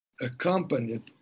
accompanied